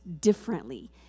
differently